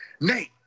Nate